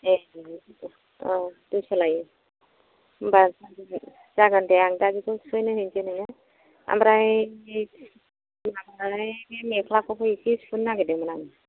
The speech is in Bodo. ए औ दुइस' लायो होमबा जागोन दे आं दा बेखौ सुहोनो हैनोसै नोंनो ओमफ्राय माबाहाय बे मेख्लाखौबो एसे सुहोनो नागिरदोंमोन आं